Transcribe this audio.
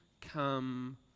come